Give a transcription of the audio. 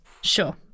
sure